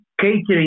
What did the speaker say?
catering